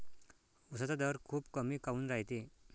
उसाचा दर खूप कमी काऊन रायते?